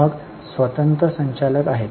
मग स्वतंत्र संचालक आहेत